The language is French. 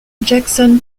jackson